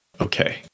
Okay